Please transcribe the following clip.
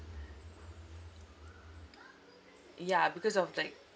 ya because of like